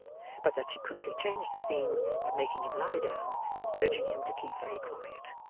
but that she quickly changed the theme by making him lie down, and urging him to keep very quiet.